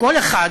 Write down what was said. כל אחד